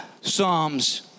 psalms